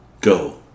Go